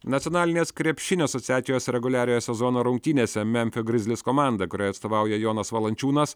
nacionalinės krepšinio asociacijos reguliariojo sezono rungtynėse memfio grizzlies komanda kuriai atstovauja jonas valančiūnas